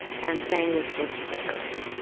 and saying this sort of prayer and,